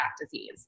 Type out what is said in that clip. disease